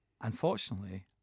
unfortunately